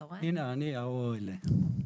הנה, אני ה-O האלה.